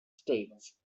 states